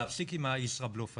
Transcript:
להפסיק עם הישראבלוף הזה,